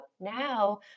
now